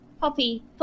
Poppy